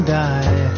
die